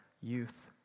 youth